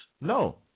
No